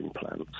plants